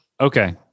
okay